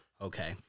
Okay